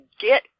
get